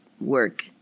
work